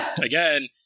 again